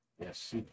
Yes